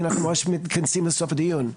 כי אנחנו ממש מתכנסים לסוף הדיון.